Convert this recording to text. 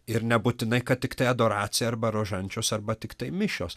ir nebūtinai kad tiktai adoracija arba rožančius arba tiktai mišios